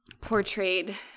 portrayed